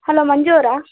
hello Manju ಅವರಾ